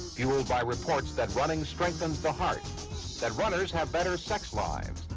fueled by reports that running strengthens the heart that runners have better sex lives,